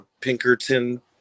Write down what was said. Pinkerton